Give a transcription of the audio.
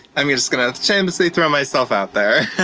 i'm yeah just going to shamelessly throw myself out there.